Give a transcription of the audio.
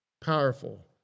powerful